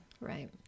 Right